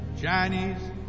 Chinese